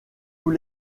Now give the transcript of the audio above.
tous